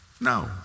No